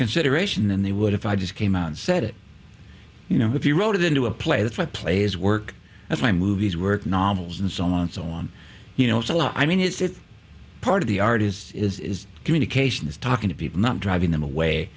consideration than they would if i just came out and said it you know if you wrote it into a play that plays work that's my movies work novels and so on and so on you know so i mean it's part of the art is communication is talking to people not driving them away